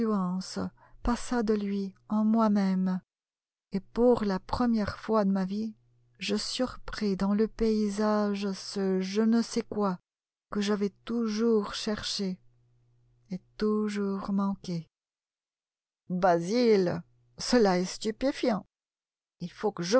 passa de lui en moi même et pour la première fois de ma vie je surpris dans le paysage ce je ne sais quoi que j'avais toujours cherché et toujours manqué basil cela est stupéfiant il faut que je